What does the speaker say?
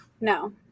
No